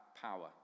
power